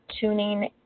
tuning